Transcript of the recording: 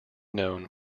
known